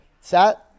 Set